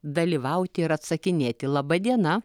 dalyvauti ir atsakinėti laba diena